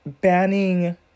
banning